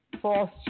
false